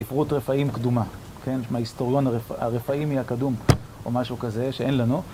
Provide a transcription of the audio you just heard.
ספרות רפאים קדומה, כן, מההיסטוריון הרפאימי הקדום, או משהו כזה שאין לנו.